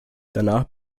danach